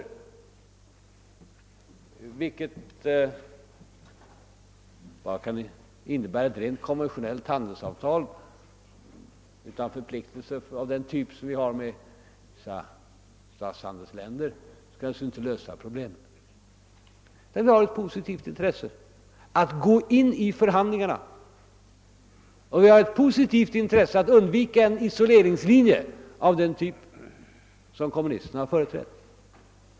Det skulle innebära rent konventionella handelsavtal utan förpliktelser av den typ som vi har med vissa länder. Någonting sådant löser naturligtvis inte problemen. Vi har ett positivt intresse av att gå in i förhandlingarna, vi har ett positivt intresse av att undvika en isoleringslinje av den typ som kommunisterna har företrätt.